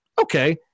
okay